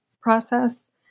process